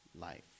life